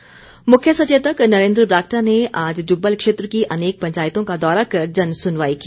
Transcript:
बरागटा मुख्य सचेतक नरेन्द्र बरागटा ने आज जुब्बल क्षेत्र की अनेक पंचायतों का दौरा कर जन सुनवाई की